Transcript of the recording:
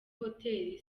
hotel